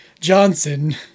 Johnson